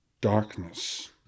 darkness